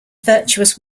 virtuous